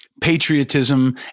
patriotism